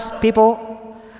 people